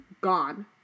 Gone